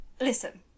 Listen